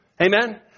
amen